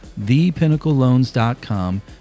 thepinnacleloans.com